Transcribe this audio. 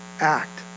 act